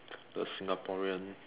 the Singaporean